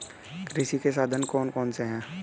कृषि के साधन कौन कौन से हैं?